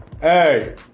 Hey